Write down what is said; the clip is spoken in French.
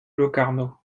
locarno